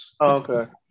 okay